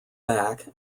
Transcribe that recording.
back